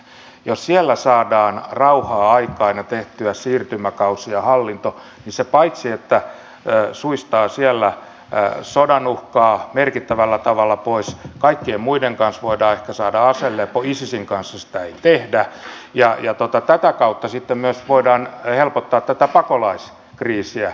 jos siellä saadaan rauha aikaan ja tehtyä siirtymäkausi ja hallinto niin paitsi että se suistaa siellä sodan uhkaa merkittävällä tavalla pois kaikkien muiden kanssa voidaan ehkä saada aselepo isisin kanssa sitä ei tehdä niin tätä kautta sitten myös voidaan helpottaa tätä pakolaiskriisiä